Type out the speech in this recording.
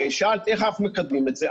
שאלת איך אנחנו מקדמים את זה.